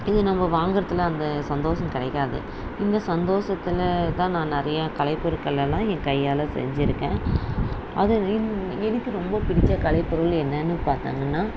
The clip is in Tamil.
இது நம்ப வாங்கறத்துல அந்த சந்தோஷம் கிடைக்காது இந்த சந்தோஷத்தில் தான் நான் நிறைய கலைப்பொருட்களைலாம் என் கையால் செஞ்சுருக்கன் அதில் எனக்கு ரொம்ப பிடித்த கலைப்பொருள் என்னன்னு பார்த்தோமுன்னா